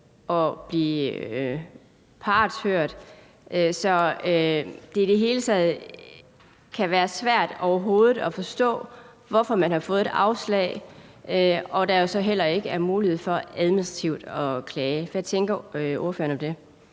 at blive partshørt, så det i det hele taget kan være svært overhovedet at forstå, hvorfor man har fået et afslag, som man jo så heller ikke har mulighed for administrativt at klage over? Hvad tænker ordføreren om det?